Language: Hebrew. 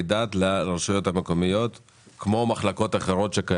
דת לרשויות המקומיות כמו מחלקות אחרות שקיימות?